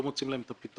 לא מוצאים להן את הפתרון.